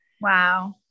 Wow